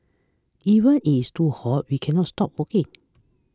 even it's too hot we cannot stop working